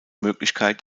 möglichkeit